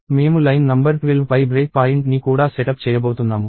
మేము line number 12పై break పాయింట్ని కూడా సెటప్ చేయబోతున్నాము